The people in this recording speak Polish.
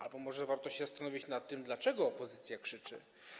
Albo może warto się zastanowić nad tym, dlaczego opozycja krzyczy.